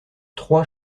trois